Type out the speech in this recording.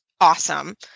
awesome